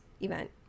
event